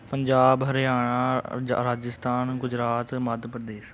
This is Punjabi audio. ਪੰਜਾਬ ਹਰਿਆਣਾ ਜ ਰਾਜਸਥਾਨ ਗੁਜਰਾਤ ਮੱਧ ਪ੍ਰਦੇਸ਼